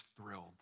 thrilled